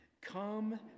Come